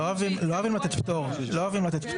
לא אוהבים לתת פטור, כן?